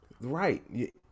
right